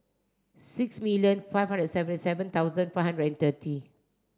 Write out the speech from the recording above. six million five hundred seventy seven thousand five hundred and thirty